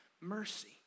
mercy